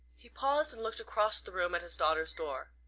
he paused and looked across the room at his daughter's door.